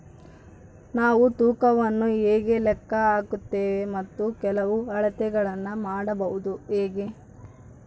ನಾವು ತೂಕವನ್ನು ಹೇಗೆ ಲೆಕ್ಕ ಹಾಕುತ್ತೇವೆ ಮತ್ತು ಕೆಲವು ಅಳತೆಗಳನ್ನು ಮಾಡುವುದು ಹೇಗೆ?